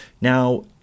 Now